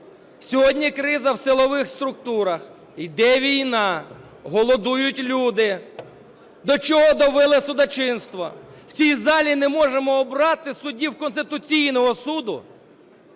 сьогодні криза в силових структурах, йде війна, голодують люди. До чого довели судочинство! В цій залі не можемо обрати суддів Конституційного Суду.